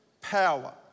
power